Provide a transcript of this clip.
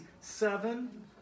Seven